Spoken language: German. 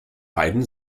beiden